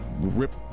rip